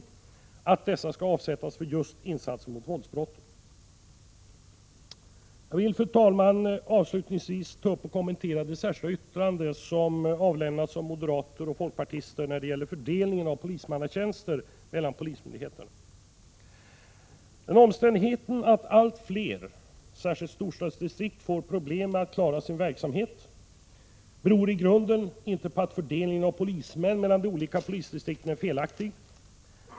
Reservanterna föreslår att dessa skall avsättas för just insatser mot våldsbrottsligheten. Fru talman! Avslutningsvis vill jag kommentera det särskilda yttrande som avlämnats av moderater och folkpartister när det gäller fördelningen av polismanstjänster mellan polismyndigheterna. Den omständigheten att allt fler polisdistrikt, särskilt i storstäderna, får problem med att klara sin verksamhet beror i grunden inte på att fördelningen av polismän mellan de olika distrikten är felaktig.